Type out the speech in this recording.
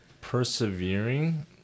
persevering